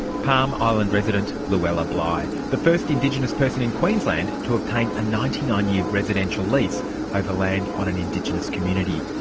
palm island resident luella bligh, the first indigenous person in queensland to obtain a ninety nine year residential lease over land on an indigenous community.